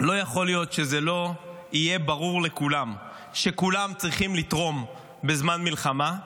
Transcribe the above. לא יכול להיות שלא יהיה ברור לכולם שכולם צריכים לתרום בזמן מלחמה.